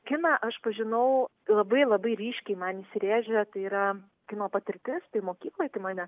kiną aš pažinau labai labai ryškiai man įsirėžę tai yra kino patirtis tai mokykloj kai mane